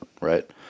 right